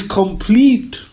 complete